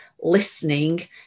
listening